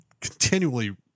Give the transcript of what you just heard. continually